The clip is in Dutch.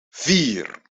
vier